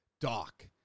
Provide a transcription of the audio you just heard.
Doc